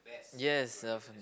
yes uh from the